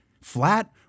flat